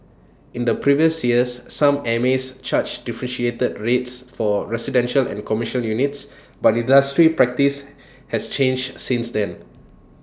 in the previous years some mas charged differentiated rates for residential and commercial units but industry practice has changed since then